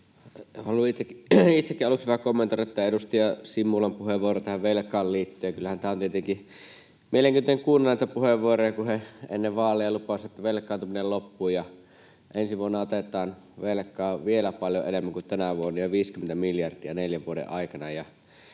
Haluan itsekin aluksi vähän kommentoida tätä edustaja Simulan puheenvuoroa tähän velkaan liittyen. Kyllähän on tietenkin mielenkiintoista kuunnella näitä puheenvuoroja, kun he ennen vaaleja lupasivat, että velkaantuminen loppuu, ja ensi vuonna otetaan velkaa vielä paljon enemmän kuin tänä vuonna ja 50 miljardia neljän vuoden aikana.